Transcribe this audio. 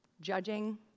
Judging